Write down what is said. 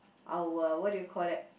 our what do you call that